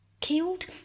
Killed